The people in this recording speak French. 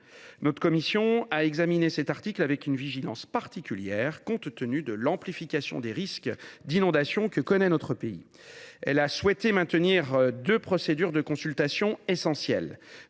Notre commission a accordé une vigilance particulière à cet article, compte tenu de l’amplification des risques d’inondation que connaît notre pays. Elle a souhaité maintenir deux procédures de consultation essentielles